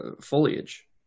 foliage